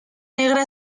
negra